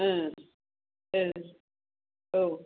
औ